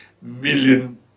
million